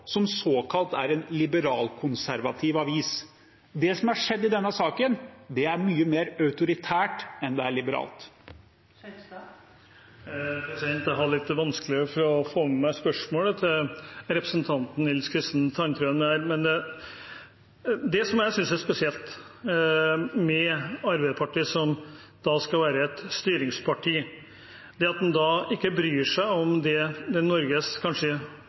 Det som er skjedd i denne saken, er mye mer autoritært enn det er liberalt. Jeg hadde litt vanskelig for å få med meg spørsmålet til representanten Nils Kristen Sandtrøen der. Men det jeg synes er spesielt med Arbeiderpartiet, som skal være et styringsparti, er at en da ikke bryr seg om